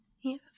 Yes